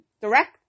direct